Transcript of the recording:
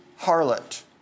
harlot